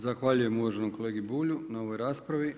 Zahvaljujem uvaženom kolegi Bulju na ovoj raspravi.